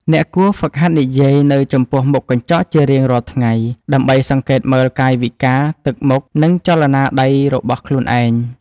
អ្នកគួរហ្វឹកហាត់និយាយនៅចំពោះមុខកញ្ចក់ជារៀងរាល់ថ្ងៃ ដើម្បីសង្កេតមើលកាយវិការ ទឹកមុខ និងចលនាដៃរបស់ខ្លួនឯង។